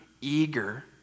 eager